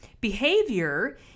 behavior